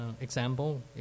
example